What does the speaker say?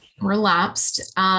relapsed